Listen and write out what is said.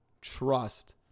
trust